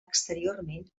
exteriorment